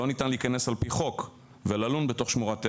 לא ניתן להיכנס על פי חוק וללון בתוך שמורת טבע.